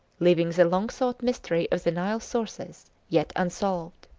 leaving the long-sought mystery of the nile sources yet unsolved.